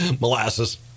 Molasses